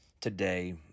today